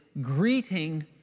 greeting